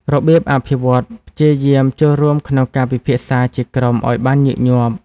របៀបអភិវឌ្ឍន៍ព្យាយាមចូលរួមក្នុងការពិភាក្សាជាក្រុមឲ្យបានញឹកញាប់។